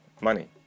money